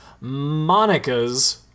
Monica's